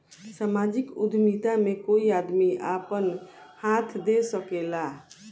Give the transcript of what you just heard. सामाजिक उद्यमिता में कोई आदमी आपन हाथ दे सकेला